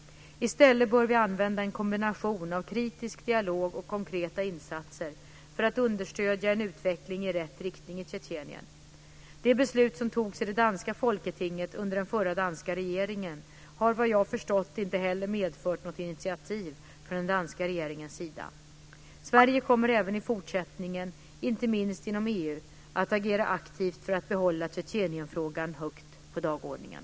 I stället bör vi använda en kombination av kritisk dialog och konkreta insatser för att understödja en utveckling i rätt riktning i Tjetjenien. Det beslut som togs i det danska folketinget under den förra danska regeringen har, vad jag förstått, inte heller medfört något initiativ från den danska regeringens sida. Sverige kommer även i fortsättningen, inte minst inom EU, att agera aktivt för att behålla Tjetjenienfrågan högt på dagordningen.